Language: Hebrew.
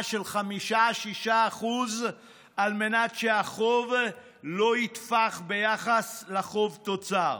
של 5% 6% על מנת שהחוב לא יתפח ביחס לחוב תוצר.